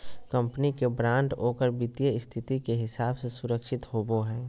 company के bond ओकर वित्तीय स्थिति के हिसाब से सुरक्षित होवो हइ